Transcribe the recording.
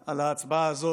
על ההצבעה הזאת